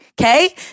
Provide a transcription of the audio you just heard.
okay